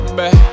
back